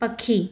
पखी